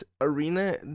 Arena